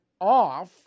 off